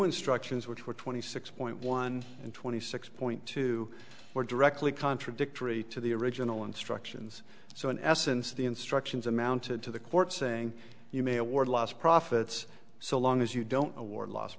instructions which were twenty six point one and twenty six point two were directly contradictory to the original instructions so in essence the instructions amounted to the court saying you may award loss profits so long as you don't award lost